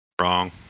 Wrong